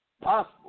possible